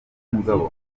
mugabo